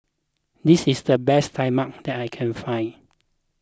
this is the best Tai Mak that I can find